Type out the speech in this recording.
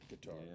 guitar